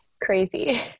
crazy